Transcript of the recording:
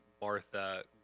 Martha